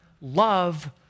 love